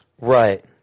Right